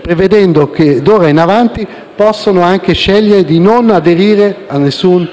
prevedendo che d'ora in avanti possano anche scegliere di non aderire ad alcun